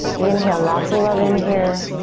inhale lots of love in here.